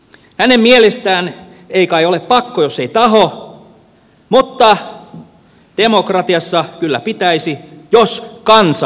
hänen mielestään ei kai ole pakko jos ei tahdo mutta demokratiassa kyllä pitäisi jos kansa niin tahtoo